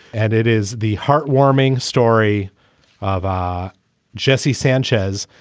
and it is the heartwarming story of jesse sanchez,